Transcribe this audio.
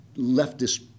leftist